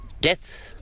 death